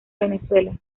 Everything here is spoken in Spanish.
venezuela